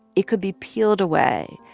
it could be peeled away,